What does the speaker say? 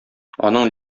аның